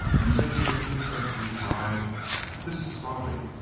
and lady latifa replied this is folly!